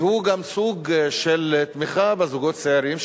והוא גם סוג של תמיכה בזוגות הצעירים,